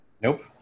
Nope